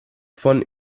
von